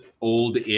old